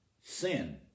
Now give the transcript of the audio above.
sin